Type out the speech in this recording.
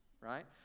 right